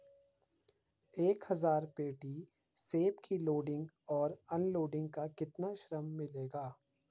एक हज़ार पेटी सेब की लोडिंग और अनलोडिंग का कितना श्रम मिलेगा?